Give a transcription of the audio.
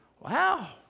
Wow